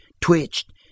twitched